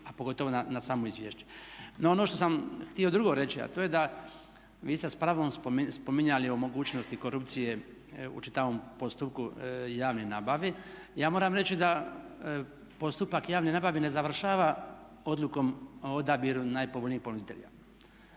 a pogotovo na samo izvješće. No ono što sam htio drugo reći, a to je da vi ste s pravom spominjali o mogućnosti korupcije u čitavom postupku javne nabave. Ja moram reći da postupak javne nabave ne završava odlukom o odabiru najpovoljnijeg ponuditelja.